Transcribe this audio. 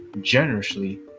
generously